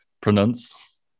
pronounce